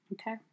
Okay